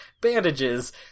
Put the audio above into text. bandages